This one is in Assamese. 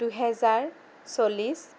দুহেজাৰ চল্লিছ